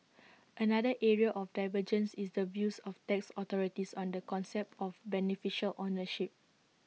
another area of divergence is the views of tax authorities on the concept of beneficial ownership